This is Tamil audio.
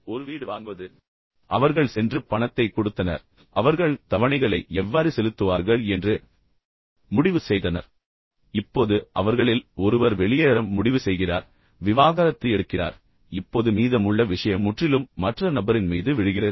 ஒரு வீடு வாங்குவது அவர்கள் இருவரும் திட்டமிட்டனர் அவர்கள் சென்று பணத்தைக் கொடுத்தனர் அவர்கள் தவணைகளை எவ்வாறு செலுத்துவார்கள் என்று முடிவு செய்தனர் சரி இப்போது அவர்களில் ஒருவர் வெளியேற முடிவு செய்கிறார் விவாகரத்து எடுக்கிறார் இப்போது மீதமுள்ள விஷயம் முற்றிலும் மற்ற நபரின் மீது விழுகிறது